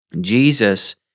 Jesus